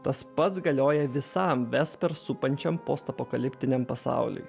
tas pats galioja visam vesper supančiam post apokaliptiniam pasauliui